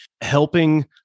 helping